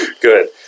Good